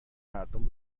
مردم